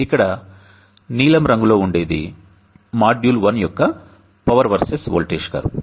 ఇక్కడ నీలం రంగులో ఉండేది మాడ్యూల్ 1 యొక్క పవర్ వర్సెస్ వోల్టేజ్ కర్వ్